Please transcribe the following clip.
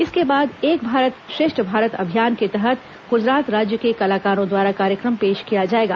इसके बाद एक भारत श्रेष्ठ भारत अभियान के तहत गुजरात राज्य के कलाकारों द्वारा कार्यक्रम पेश किया जाएगा